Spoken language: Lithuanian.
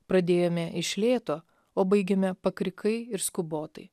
pradėjome iš lėto o baigėme pakrikai ir skubotai